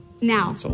Now